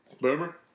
boomer